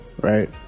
Right